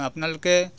আপোনালোকে